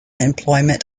employment